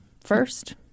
First